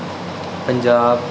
Punjab